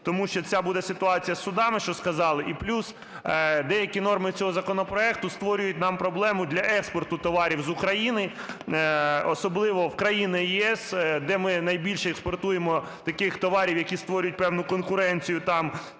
тому що ця буде ситуація з судами, що сказали. І плюс деякі норми цього законопроекту створюють нам проблему для експорту товарів з України, особливо в країни ЄС, де ми найбільше експортуємо таких товарів, які створюють певну конкуренцію там,